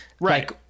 Right